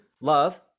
love